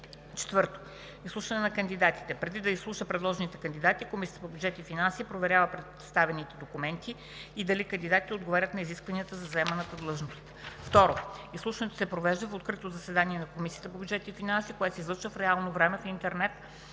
IV. Изслушване на кандидатите 1. Преди да изслуша предложените кандидати, Комисията по бюджет и финанси проверява представените документи и дали кандидатите отговарят на изискванията за заемане на длъжността.